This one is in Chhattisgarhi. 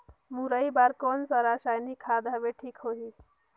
मुरई बार कोन सा रसायनिक खाद हवे ठीक होही?